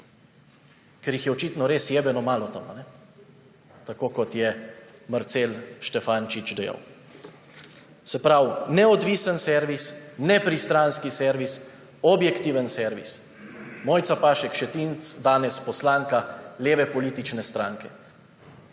ker jih je očitno res »jebeno malo« tam, kot je Marcel Štefančič dejal. Se pravi, neodvisen servis, nepristranski servis, objektivni servis. Mojca Pašek Šetinc – danes poslanka leve politične stranke.